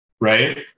Right